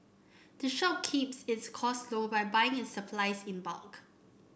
the shop keeps its cost low by buying it supplies in bulk